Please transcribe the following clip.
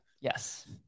Yes